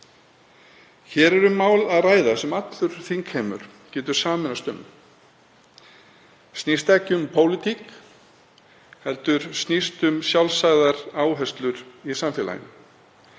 Hér er um að ræða mál sem allur þingheimur getur sameinast um. Það snýst ekki um pólitík heldur um sjálfsagðar áherslur í samfélaginu.